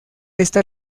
esta